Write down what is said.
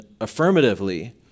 affirmatively